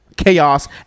Chaos